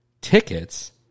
tickets